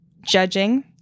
judging